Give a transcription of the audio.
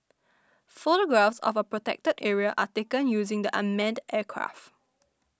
photographs of a Protected Area are taken using the unmanned aircraft